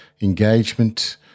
engagement